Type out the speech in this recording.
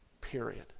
Period